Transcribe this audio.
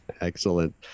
Excellent